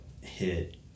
hit